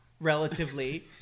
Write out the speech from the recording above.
relatively